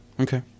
Okay